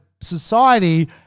society